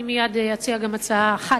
אני גם אציע יותר מהצעה אחת,